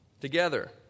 together